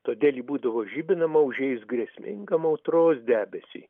todėl ji būdavo žibinama užėjus grėsmingam audros debesiui